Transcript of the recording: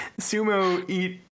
Sumo-eat